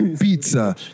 pizza